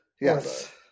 Yes